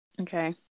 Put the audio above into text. Okay